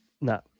No